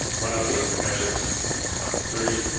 one of them has but thirty,